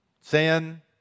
Sin